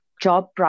job